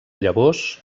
llavors